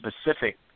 specific